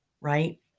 right